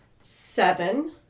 Seven